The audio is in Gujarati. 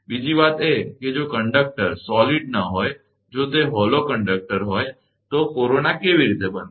બીજી વાત એ છે કે જો કંડક્ટર નક્કરઘન ન હોય જો તે હોલો કંડક્ટર છે તો તે કોરોના કેવી રીતે બનશે